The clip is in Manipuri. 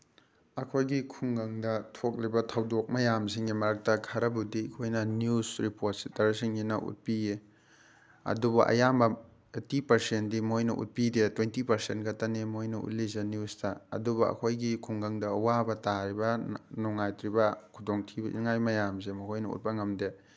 ꯑꯩꯈꯣꯏꯒꯤ ꯈꯨꯡꯒꯪꯗ ꯊꯣꯛꯂꯤꯕ ꯊꯧꯗꯣꯛ ꯃꯌꯥꯝꯁꯤꯡꯒꯤ ꯃꯔꯛꯇ ꯈꯔꯕꯨꯗꯤ ꯑꯩꯈꯣꯏꯅ ꯅ꯭ꯌꯨꯁ ꯔꯤꯄꯣꯇꯔꯁꯤꯡꯅ ꯎꯠꯄꯤꯌꯦ ꯑꯗꯨꯕꯨ ꯑꯌꯥꯝꯕ ꯑꯩꯠꯇꯤ ꯄꯔꯁꯦꯟꯗꯤ ꯃꯣꯏꯅ ꯎꯠꯄꯤꯗꯦ ꯇ꯭ꯋꯦꯟꯇꯤ ꯄꯔꯁꯦꯟ ꯈꯛꯇꯅꯤ ꯃꯣꯏꯅ ꯎꯠꯂꯤꯁꯦ ꯅ꯭ꯌꯨꯁꯇ ꯑꯗꯨꯕꯨ ꯑꯩꯈꯣꯏꯒꯤ ꯈꯨꯡꯒꯪꯗ ꯑꯋꯥꯕ ꯇꯥꯔꯤꯕ ꯅꯨꯡꯉꯥꯏꯇ꯭ꯔꯤꯕ ꯈꯨꯗꯣꯡꯊꯤꯅꯤꯉꯥꯏ ꯃꯌꯥꯝꯁꯦ ꯃꯈꯣꯏꯅ ꯎꯠꯄ ꯉꯝꯗꯦ